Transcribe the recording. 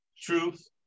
Truth